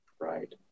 Right